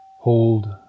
Hold